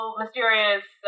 mysterious